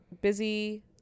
busy